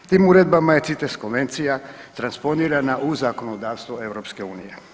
Tim uredbama je CITES konvencija transponirana u zakonodavstvo EU.